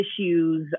issues